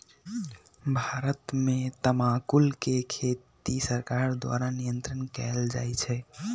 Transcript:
भारत में तमाकुल के खेती सरकार द्वारा नियन्त्रण कएल जाइ छइ